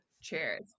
Cheers